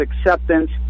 acceptance